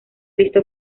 lista